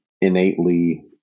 innately –